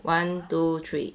one two three